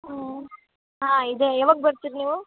ಹ್ಞೂ ಹಾಂ ಇದೆ ಯಾವಾಗ ಬರ್ತೀರ ನೀವು